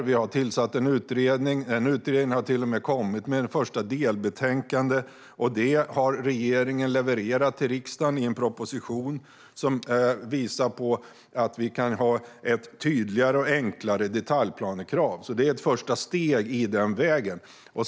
Vi har tillsatt en utredning, och den utredningen har till och med kommit med ett första delbetänkande som regeringen har levererat till riksdagen i form av en proposition som visar att vi kan ha ett tydligare och enklare detaljplanekrav. Det är ett första steg på den vägen.